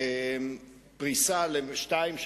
פריסה לשנתיים,